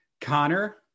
Connor